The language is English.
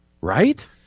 Right